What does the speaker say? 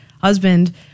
husband